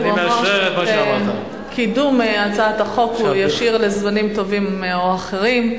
והוא אמר שאת קידום הצעת החוק הוא ישאיר לזמנים טובים או אחרים.